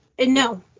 No